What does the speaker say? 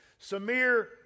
Samir